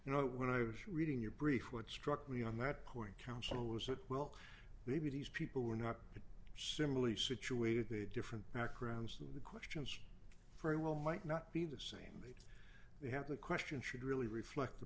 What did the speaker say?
you know when i was reading your brief what struck me on that point counsel was that well maybe these people were not similarly situated different backgrounds to the questions for a well might not be the same they have the question should really reflect the